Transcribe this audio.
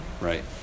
right